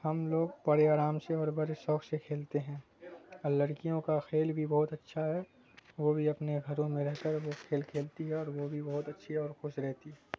ہم لوگ بڑے آرام سے اور بڑے شوق سے کھیلتے ہیں اور لڑکیوں کا کھیل بھی بہت اچھا ہے وہ بھی اپنے گھروں میں رہ کر وہ کھیل کھیلتی ہے اور وہ بھی بہت اچھی اور خوش رہتی ہے